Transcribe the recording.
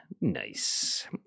Nice